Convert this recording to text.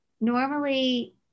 normally